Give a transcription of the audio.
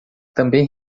também